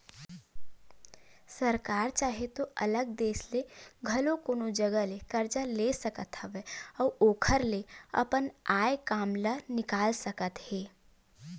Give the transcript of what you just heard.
सरकार चाहे तो अलगे देस ले घलो कोनो जघा ले करजा ले सकत हवय अउ ओखर ले अपन आय काम ल निकाल सकत हे